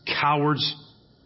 cowards